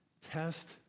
test